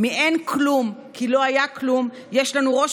מ"אין כלום כי לא היה כלום" יש לנו ראש